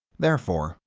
therefore,